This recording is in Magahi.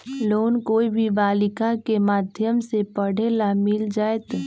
लोन कोई भी बालिका के माध्यम से पढे ला मिल जायत?